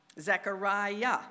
Zechariah